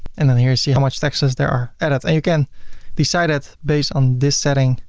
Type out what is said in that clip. and then here you see how much taxes there are added. you can decide that based on this setting